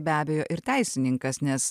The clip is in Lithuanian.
be abejo ir teisininkas nes